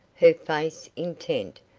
her face intent,